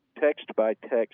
text-by-text